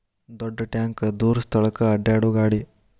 ದೊಡ್ಡ ಟ್ಯಾಂಕ ದೂರ ಸ್ಥಳಕ್ಕ ಅಡ್ಯಾಡು ಗಾಡಿ